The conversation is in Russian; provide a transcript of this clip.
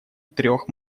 трех